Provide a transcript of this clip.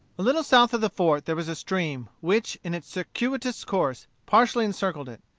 a little south of the fort there was a stream, which, in its circuitous course, partially encircled it.